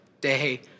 day